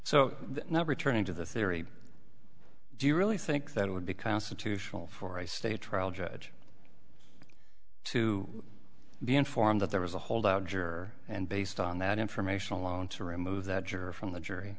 so now returning to the theory do you really think that it would be constitutional for i stay trial judge to be informed that there was a holdout juror and based on that information along to remove that juror from the jury